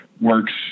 works